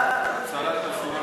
ראשונה